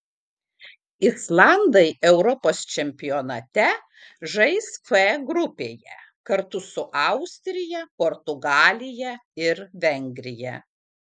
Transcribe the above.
islandai europos čempionate žais f grupėje kartu su austrija portugalija ir vengrija